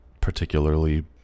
particularly